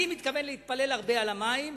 אני מתכוון להתפלל הרבה על המים,